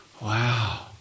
wow